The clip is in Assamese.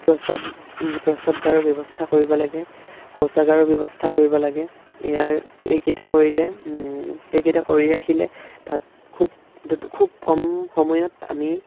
প্ৰস্ৰাৱগাৰৰ ব্যৱস্থা কৰিব লাগে শৌচাগাৰৰ ব্যৱস্থা কৰিব লাগে ইয়াৰ এইকেইটা কৰিলে এইকেইটা কৰি ৰাখিলে তাত খুব কম সময়ত আমি